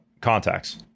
contacts